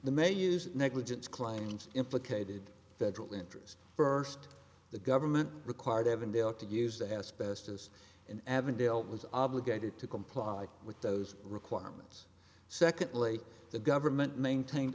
the may use negligence claims implicated federal interest first the government required evandale to use the asbestos in avondale it was obligated to comply with those requirements secondly the government maintained